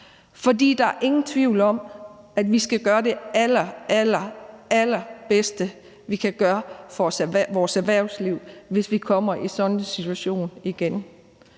for der er ingen tvivl om, at vi skal gøre det allerallerbedste, vi kan gøre for vores erhvervsliv, hvis vi kommer i en sådan situation igen.